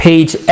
Page